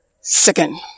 Second